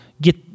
get